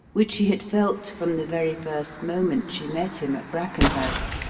which she had felt from the very first moment she met him at brackenhurst,